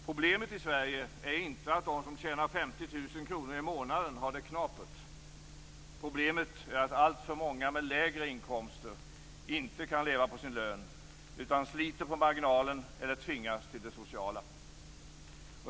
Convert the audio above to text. Problemet i Sverige är inte att de som tjänar 50 000 kr i månaden har det knapert, utan problemet är att alltför många med lägre inkomster inte kan leva på sin lön utan sliter på marginalen eller tvingas till det sociala.